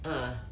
ah